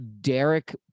Derek